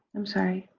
i'm sorry.